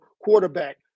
quarterback